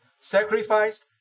sacrificed